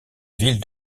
ville